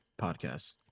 podcast